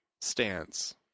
stance